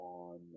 on